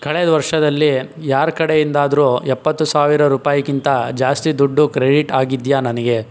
ಕಳೆದ ವರ್ಷದಲ್ಲಿ ಯಾರ ಕಡೆಯಿಂದಾದರೂ ಎಪ್ಪತ್ತು ಸಾವಿರ ರೂಪಾಯಿಕಿಂತ ಜಾಸ್ತಿ ದುಡ್ಡು ಕ್ರೆಡಿಟ್ ಆಗಿದೆಯಾ ನನಗೆ